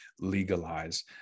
legalize